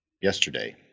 yesterday